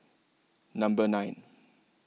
Number nine